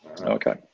Okay